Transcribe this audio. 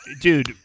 Dude